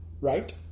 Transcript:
Right